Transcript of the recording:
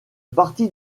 partie